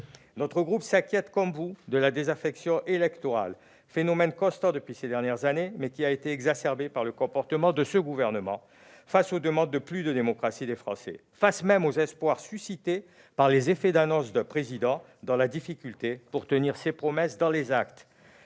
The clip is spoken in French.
Notre groupe s'inquiète comme vous de la désaffection électorale, phénomène constant depuis plusieurs années, mais qui a été exacerbé par le comportement de ce gouvernement face aux demandes de plus de démocratie des Français, face aux espoirs suscités par les annonces d'un Président de la République qui se trouve en difficulté